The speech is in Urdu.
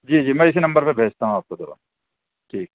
جی جی میں اِسی نمبر پہ بھیجتا ہوں آپ کو دوا ٹھیک